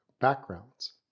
backgrounds